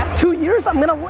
two years, i mean,